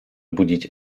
budzić